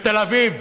בתל אביב,